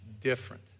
different